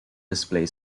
display